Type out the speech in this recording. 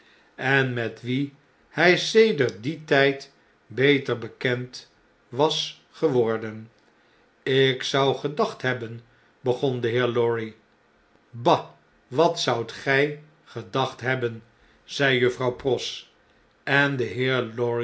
en met wie hjj sedert dien tp beter bekend was geworden ik zou gedacht hebben begon de heer lorry bah wat zoudt gij gedacht hebben zei juffrouw pross en de heer